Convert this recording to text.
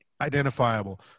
identifiable